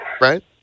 right